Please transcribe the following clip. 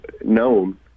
known